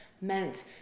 meant